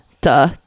duh